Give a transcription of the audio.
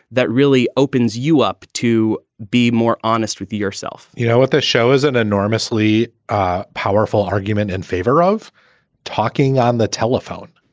that really opens you up, to be more honest with yourself you know what? the show is an enormously ah powerful argument in favor of talking on the telephone